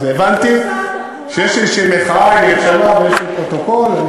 אז הבנתי שיש איזושהי מחאה ישנה ויש לי פרוטוקול.